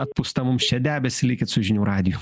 atpūstą mums čia debesį likit su žinių radiju